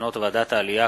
מסקנות ועדת העלייה,